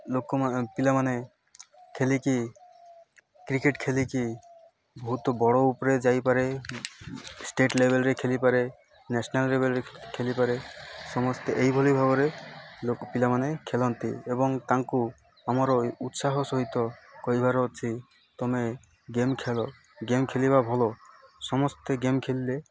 ଲୋକମାନେ ପିଲାମାନେ ଖେଲିକି କ୍ରିକେଟ୍ ଖେଲିକି ବହୁତ ବଡ଼ ଉପରେ ଯାଇପାରେ ଷ୍ଟେଟ୍ ଲେଭେଲ୍ରେ ଖେଲିପାରେ ନ୍ୟସନାଲ୍ ଲେଭେଲ୍ରେ ଖେଲିପାରେ ସମସ୍ତେ ଏହିଇଭଳି ଭାବରେ ଲୋକ ପିଲାମାନେ ଖେଲନ୍ତି ଏବଂ ତାଙ୍କୁ ଆମର ଉତ୍ସାହ ସହିତ କହିବାର ଅଛି ତମେ ଗେମ୍ ଖେଲ ଗେମ୍ ଖେଲିବା ଭଲ ସମସ୍ତେ ଗେମ୍ ଖେଲିଲେ